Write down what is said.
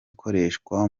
ikoreshwa